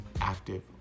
active